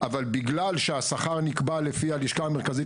אבל בגלל שהשכר נקבע לפי הלשכה המרכזית